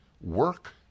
work